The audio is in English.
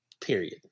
Period